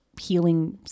healing